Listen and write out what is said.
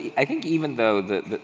i think even though that,